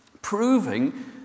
Proving